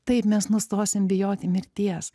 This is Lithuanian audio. taip mes nustosim bijoti mirties